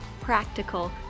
practical